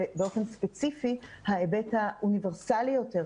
ובאופן ספציפי ההיבט האוניברסלי יותר,